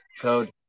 Code